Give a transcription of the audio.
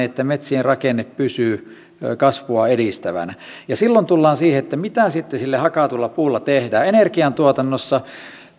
että metsien rakenne pysyy kasvua edistävänä silloin tullaan siihen että mitä sitten sillä hakatulla puulla tehdään energiantuotannossa